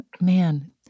Man